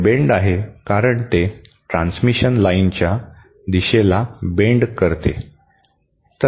हे बेंड आहे कारण ते ट्रांसमिशन लाइनच्या दिशेला बेंड करते